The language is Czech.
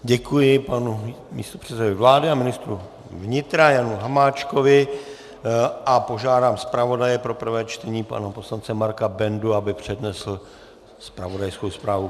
Děkuji panu místopředsedovi vlády a ministru vnitra Janu Hamáčkovi a požádám pana zpravodaje pro prvé čtení, pana poslance Marka Bendu, aby přednesl zpravodajskou zprávu.